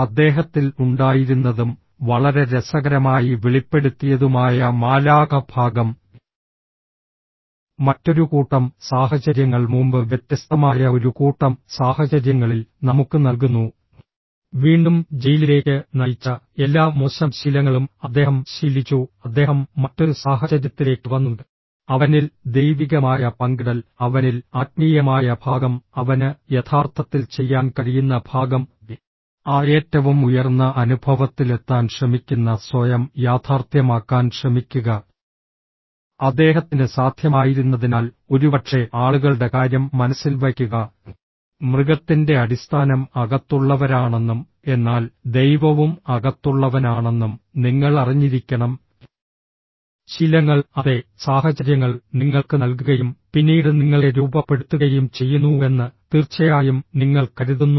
അദ്ദേഹത്തിൽ ഉണ്ടായിരുന്നതും വളരെ രസകരമായി വെളിപ്പെടുത്തിയതുമായ മാലാഖ ഭാഗം മറ്റൊരു കൂട്ടം സാഹചര്യങ്ങൾ മുമ്പ് വ്യത്യസ്തമായ ഒരു കൂട്ടം സാഹചര്യങ്ങളിൽ നമുക്ക് നൽകുന്നു വീണ്ടും ജയിലിലേക്ക് നയിച്ച എല്ലാ മോശം ശീലങ്ങളും അദ്ദേഹം ശീലിച്ചു അദ്ദേഹം മറ്റൊരു സാഹചര്യത്തിലേക്ക് വന്നു അവനിൽ ദൈവികമായ പങ്കിടൽ അവനിൽ ആത്മീയമായ ഭാഗം അവന് യഥാർത്ഥത്തിൽ ചെയ്യാൻ കഴിയുന്ന ഭാഗം ആ ഏറ്റവും ഉയർന്ന അനുഭവത്തിലെത്താൻ ശ്രമിക്കുന്ന സ്വയം യാഥാർത്ഥ്യമാക്കാൻ ശ്രമിക്കുക അദ്ദേഹത്തിന് സാധ്യമായിരുന്നതിനാൽ ഒരുപക്ഷേ ആളുകളുടെ കാര്യം മനസ്സിൽ വയ്ക്കുക മൃഗത്തിൻ്റെ അടിസ്ഥാനം അകത്തുള്ളവരാണെന്നും എന്നാൽ ദൈവവും അകത്തുള്ളവനാണെന്നും നിങ്ങൾ അറിഞ്ഞിരിക്കണം ശീലങ്ങൾ അതെ സാഹചര്യങ്ങൾ നിങ്ങൾക്ക് നൽകുകയും പിന്നീട് നിങ്ങളെ രൂപപ്പെടുത്തുകയും ചെയ്യുന്നുവെന്ന് തീർച്ചയായും നിങ്ങൾ കരുതുന്നു